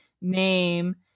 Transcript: name